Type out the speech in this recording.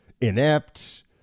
inept